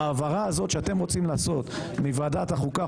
ההעברה שאתם רוצים לעשות מוועדת החוקה,